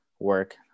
work